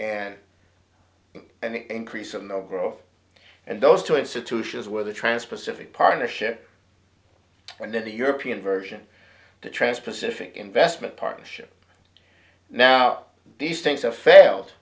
and an increase in the grove and those two institutions were the transpacific partnership and then the european version the trans pacific investment partnership now these things have failed